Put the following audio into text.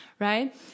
right